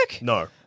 No